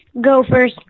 Gophers